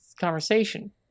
conversation